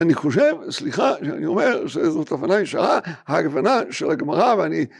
אני חושב, סליחה, שאני אומר שזו כוונה ישרה, הכוונה של הגמרא ואני...